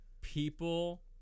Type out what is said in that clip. people